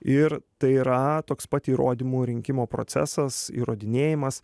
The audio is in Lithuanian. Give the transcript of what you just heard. ir tai yra toks pat įrodymų rinkimo procesas įrodinėjimas